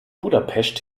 budapest